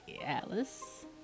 Alice